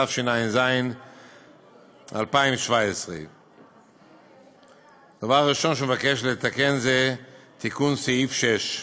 התשע"ז 2017. הדבר הראשון שהוא מבקש זה תיקון סעיף 6: